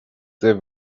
there